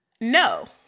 No